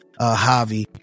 Javi